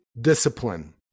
discipline